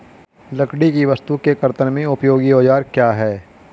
लकड़ी की वस्तु के कर्तन में उपयोगी औजार क्या हैं?